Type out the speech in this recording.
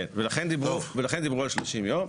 כן, ולכן דיברו על שלושים יום.